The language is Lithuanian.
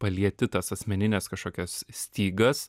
palieti tas asmenines kažkokias stygas